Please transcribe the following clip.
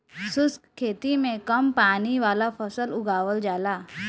शुष्क खेती में कम पानी वाला फसल उगावल जाला